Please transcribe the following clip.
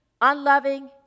unloving